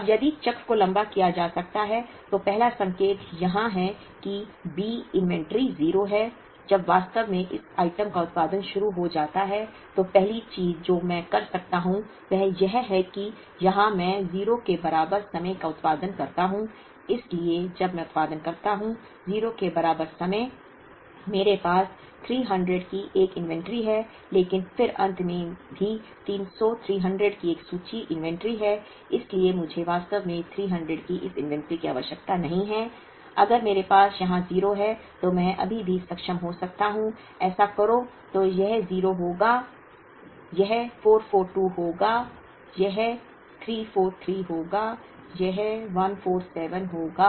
अब यदि चक्र को लंबा किया जा सकता है तो पहला संकेत यहां है कि बी इन्वेंट्री 0 है जब वास्तव में इस आइटम का उत्पादन शुरू हो जाता है तो पहली चीज जो मैं कर सकता हूं वह यह है कि यहां मैं 0 के बराबर समय का उत्पादन करता हूं इसलिए जब मैं उत्पादन करता हूं 0 के बराबर समय मेरे पास 300 की एक सूची है लेकिन फिर अंत में भी 300 की एक सूची है इसलिए मुझे वास्तव में 300 की इस सूची की आवश्यकता नहीं है अगर मेरे पास यहां 0 है तो मैं अभी भी सक्षम हो सकता हूं ऐसा करो तो यह 0 होगा यह 442 होगा यह 343 होगा यह 147 होगा और यह 0 होगा